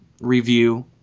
review